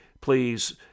Please